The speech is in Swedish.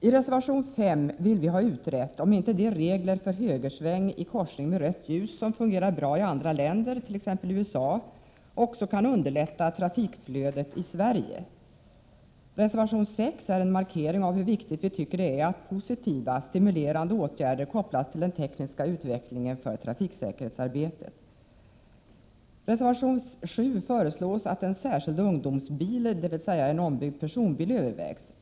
I reservation 5 vill vi ha utrett om inte de regler för högersväng i korsning med rött ljus som fungerar bra i andra länder, t.ex. USA, kan underlätta trafikflödet i Sverige. Reservation 6 är en markering av hur viktigt vi tycker det är att positiva, stimulerande åtgärder kopplas till den tekniska utvecklingen för trafiksäkerhetsarbetet. I reservation 7 föreslås att en särskild ungdomsbil, dvs. en ombyggd personbil, skall få finnas i trafiken.